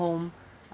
home